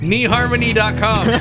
kneeharmony.com